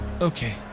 Okay